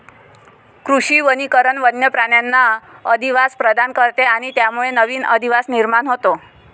कृषी वनीकरण वन्य प्राण्यांना अधिवास प्रदान करते आणि त्यामुळे नवीन अधिवास निर्माण होतो